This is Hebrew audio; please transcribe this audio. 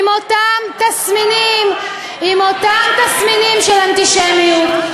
עם אותם תסמינים של אנטישמיות.